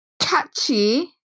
Catchy